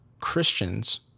Christians